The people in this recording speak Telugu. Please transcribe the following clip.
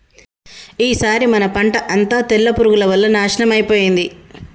ఈసారి మన పంట అంతా తెల్ల పురుగుల వల్ల నాశనం అయిపోయింది